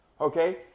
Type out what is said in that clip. Okay